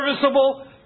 serviceable